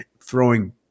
throwing